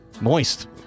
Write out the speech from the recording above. Moist